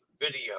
video